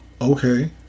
Okay